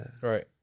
Right